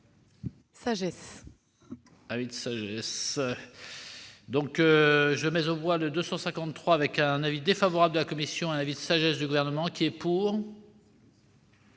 Sagesse.